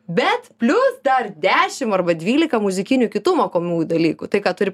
bet plius dar dešimt arba dvylika muzikinių kitų mokomųjų dalykų tai ką turi